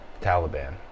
Taliban